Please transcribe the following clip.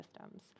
systems